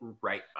right